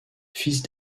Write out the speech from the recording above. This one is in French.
fils